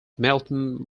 melton